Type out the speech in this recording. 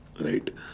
right